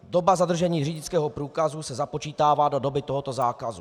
Doba zadržení řidičského průkazu se započítává do doby tohoto zákazu.